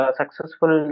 successful